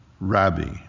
Rabbi